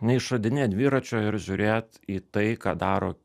neišradinėt dviračio ir žiūrėt į tai ką daro